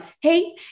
Hey